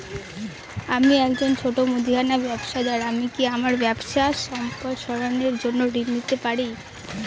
আমি একজন ছোট মুদিখানা ব্যবসাদার আমি কি আমার ব্যবসা সম্প্রসারণের জন্য ঋণ পেতে পারি?